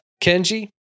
Kenji